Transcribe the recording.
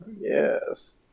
Yes